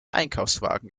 einkaufswagen